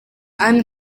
anne